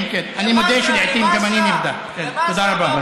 אני מודה שלעיתים גם אני, תודה רבה.